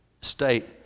state